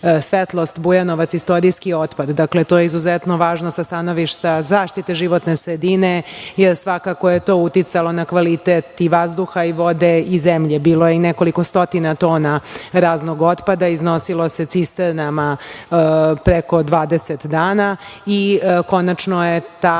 „Svetlost“ Bujanovac, istorijski otpad. To je izuzetno važno sa stanovišta zaštite životne sredine, jer svakako je to uticalo na kvalitet i vazduha, i vode, i zemlje, bilo je i nekoliko stotina tona raznog otpada, iznosilo se cisternama preko 20 dana, i konačno je ta